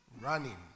Running